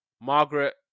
Margaret